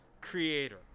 Creator